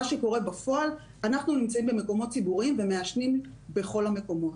מה שקורה בפועל זה שאנחנו נמצאים במקומות ציבוריים ומעשנים בכל המקומות.